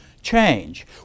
change